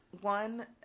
one